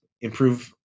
improve